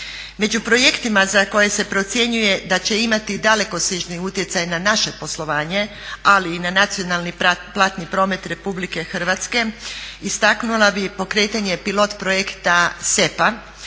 Među projektima za koje se procjenjuje da će imati dalekosežni utjecaj na naše poslovanje, ali i na nacionalni platni promet RH istaknula bih pokretanje pilot projekta SEPA